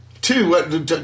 two